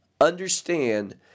understand